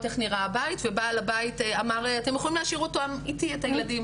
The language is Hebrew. איך נראה הבית ובעל הבית אמר אתם יכולים להשאיר את הילדים איתי,